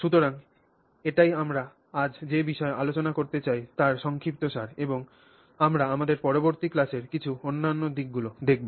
সুতরাং এটিই আমরা আজ যে বিষয়ে আলোচনা করতে চাই তার সংক্ষিপ্তসার এবং আমরা আমাদের পরবর্তী ক্লাসের কিছু অন্যান্য দিকগুলি দেখব